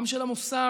גם של מוסר,